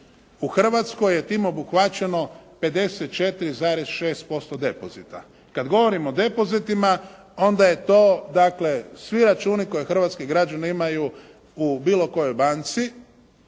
u Hrvatskoj je tim obuhvaćeno 54,6% depozita. Kad govorim o depozitima onda je to dakle svi računi koje hrvatski građani imaju u bilo kojoj banci